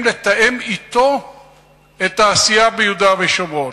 לתאם אתו את העשייה ביהודה ושומרון.